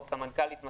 סמנכ"לית מס"ב,